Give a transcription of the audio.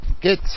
good